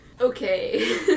Okay